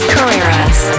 Carreras